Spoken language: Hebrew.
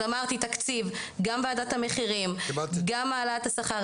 אז אמרתי תקציב, גם ועדת המחירים, גם העלאת השכר.